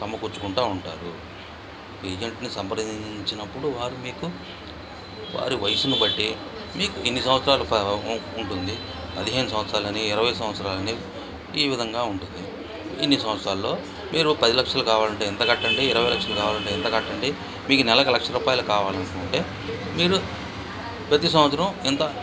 సమకూర్చుకుంటు ఉంటారు ఏజెంట్ని సంప్రదించినప్పుడు వారు మీకు వారి వయసును బట్టి మీకు ఇన్ని సంవత్సరాలు ఉంటుంది పదిహేను సంవత్సరాలని ఇరవై సంవత్సరాలని ఈ విధంగా ఉంటుంది ఇన్ని సంవత్సరాలలో మీరు పది లక్షలు కావాలంటే ఇంత కట్టండి ఇరవై లక్షలు కావాలంటే ఇంత కట్టండి మీకు నెలకు లక్ష రూపాయలు కావాలనుకుంటే మీరు ప్రతి సంవత్సరం ఇంత